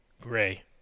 Gray